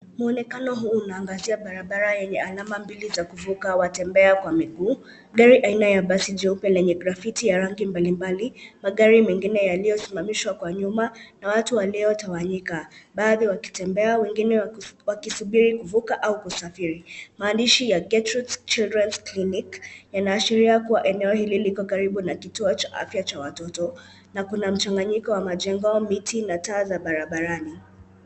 Muonekano huu unaangazia barabara enye alama mbili za kuvuka wa watembea kwa miguu. Gari aina ya basi jeupe lenye grafiti ya rangi aina mbali mbali. Magari mengine yaliyosimamishwa huko nyuma na watu waliotawanyika baadhi wakitembea na wengine wakisubiri kuvuka au kusafiri. Maandishi ya Gertrudes Children's clinic yanaashiria kuwa eneo hili liko karibu na kituo cha afya cha watoto na kuna mchanganyiko wa majengo, miti na taa za barabarani.